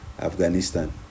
afghanistan